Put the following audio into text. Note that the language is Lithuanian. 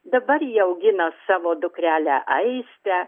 dabar ji augina savo dukrelę aistę